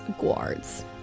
guards